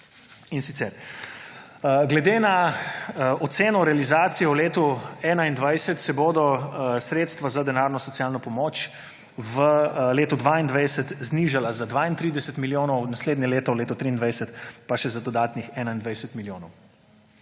Sloveniji. Glede na oceno realizacije v letu 2021 se bodo sredstva za denarno socialno pomoč v letu 2022 znižala za 32 milijonov, naslednje leto, v letu 2023, pa še za dodatnih 21 milijonov.